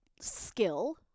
skill